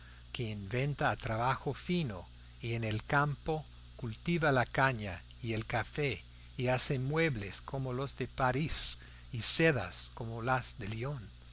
que inventa y trabaja fino y en el campo cultiva la caña y el café y hace muebles como los de parís y sedas como las de lyon